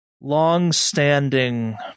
longstanding